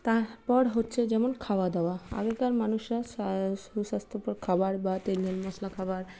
তারপর হচ্ছে যেমন খাওয়া দাওয়া আগেকার মানুষরা সুস্বাস্থ্যকর খাবার বা তেল ঝাল মশলা খাওয়ার